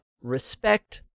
Respect